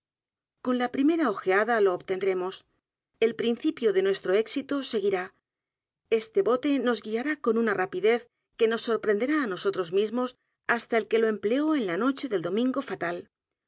d r e m o s el principio de nuestro éxito seguirá este bote nos guiará con una rapidez que nos sorprenderá á nosotros mismos hasta el que le empleó en la noche del domingo fatal